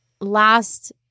last